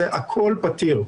הכול פתיר.